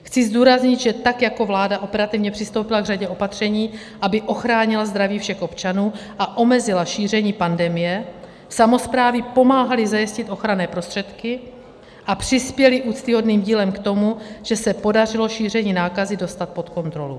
Chci zdůraznit, že tak jako vláda operativně přistoupila k řadě opatření, aby ochránila zdraví všech občanů a omezila šíření pandemie, samosprávy pomáhaly zajistit ochranné prostředky a přispěly úctyhodným dílem k tomu, že se podařilo šíření nákazy dostat pod kontrolu.